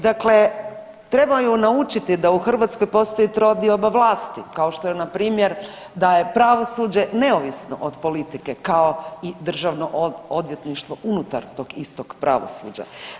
Dakle, trebaju naučiti da u Hrvatskoj postoji trodioba vlasti kao što je npr. da je pravosuđe neovisno od politike kao i državno odvjetništvo unutar tog istog pravosuđa.